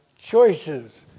choices